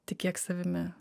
tikėk savimi